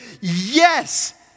yes